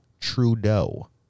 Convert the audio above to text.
Trudeau